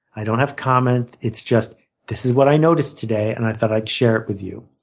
i don't have comments. it's just this is what i noticed today and i thought i'd share it with you.